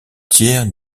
tiers